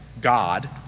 God